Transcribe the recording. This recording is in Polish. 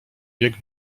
wiek